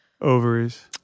ovaries